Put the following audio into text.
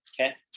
okay